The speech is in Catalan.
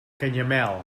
canyamel